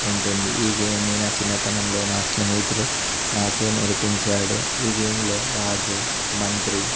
ఉంటుంది ఈ గేమ్ని నా చిన్నతనంలో నా స్నేహితుడు నాకు నేర్పించాడు ఈ గేమ్లో రాజు మంత్రి